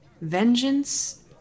vengeance